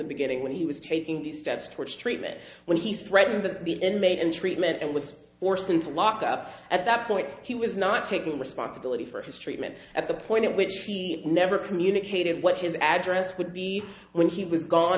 the beginning when he was taking these steps towards treatment when he threatened that the inmate in treatment and was forced into lock up at that point he was not taking responsibility for his treatment at the point at which he never communicated what his address would be when he was gone